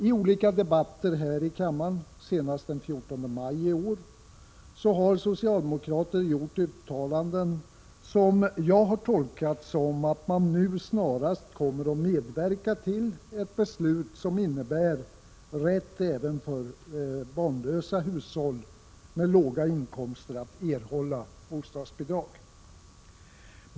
I olika debatter här i kammaren, senast den 14 maj i år, har socialdemokraterna gjort uttalanden som jag har tolkat som att de nu snarast kommer att medverka till ett beslut som innebär möjlighet även för barnlösa hushåll med låga inkomster att erhålla bostadsbidrag.